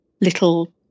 little